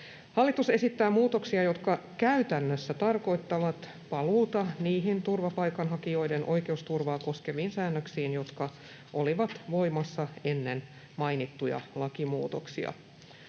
Hallitus esittää muutoksia, jotka käytännössä tarkoittavat paluuta niihin turvapaikanhakijoiden oikeusturvaa koskeviin säännöksiin, jotka olivat voimassa ennen mainittuja lakimuutoksia.